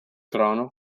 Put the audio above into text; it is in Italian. trono